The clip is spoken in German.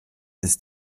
ist